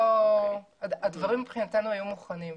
הדברים מבחינתנו היו מוכנים.